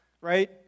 right